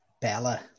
Bella